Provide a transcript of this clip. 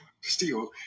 steal